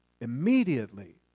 Immediately